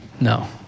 No